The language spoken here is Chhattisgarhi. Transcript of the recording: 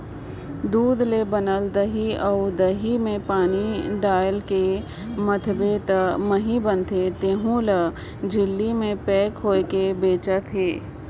दूद ले बनल दही अउ दही में पानी डायलके मथबे त मही बनथे तेहु हर झिल्ली में पेक होयके बेचात अहे